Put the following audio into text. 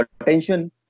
attention